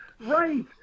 right